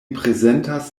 prezentas